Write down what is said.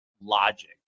logic